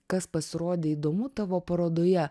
kas pasirodė įdomu tavo parodoje